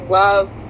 love